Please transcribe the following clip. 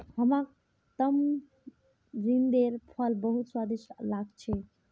हमाक तमरिंदेर फल बहुत स्वादिष्ट लाग छेक